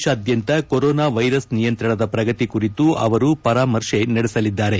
ದೇಶಾದ್ಯಂತ corona virus ನಿಯಂತ್ರಣದ ಪ್ರಗತಿ ಕುರಿತು ಅವರು ಪರಾಮರ್ತೆ ನಡೆಸಲಿದ್ದಾರೆ